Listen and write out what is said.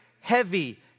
heavy